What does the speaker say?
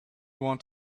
want